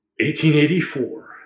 1884